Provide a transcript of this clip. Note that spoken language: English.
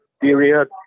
period